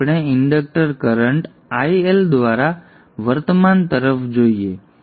ચાલો આપણે inductor current IL દ્વારા વર્તમાન તરફ જોઈએ